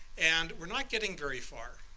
and we're not getting very far.